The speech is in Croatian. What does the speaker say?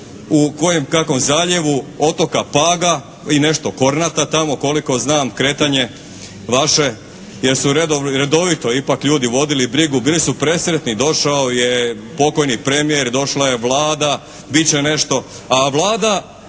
u kojem kakvom zaljevu otoka Paga i nešto Kornata tamo, koliko znam kretanje vaše jer su redovito ipak ljudi vodili brigu, bili su presretni, došao je pokojni premijer, došla je Vlada, bit će nešto.